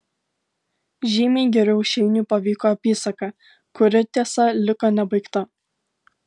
žymiai geriau šeiniui pavyko apysaka kuri tiesa liko nebaigta